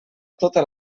tota